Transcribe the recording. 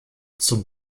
zum